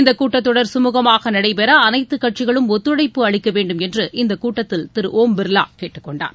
இந்தகூட்டத்தொடர் சுமூகமாகநடைபெறஅனைத்துகட்சிகளும் ஒத்துழைப்பு அளிக்கவேண்டும் என்று இந்தகூட்டத்தில் திருஒம் பிர்லாகேட்டுக்கொண்டார்